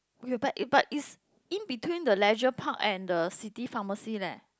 you but it but is in between the leisure park and the city pharmacy leh